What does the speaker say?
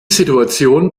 situation